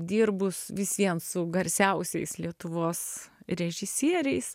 dirbus vis vien su garsiausiais lietuvos režisieriais